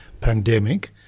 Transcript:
pandemic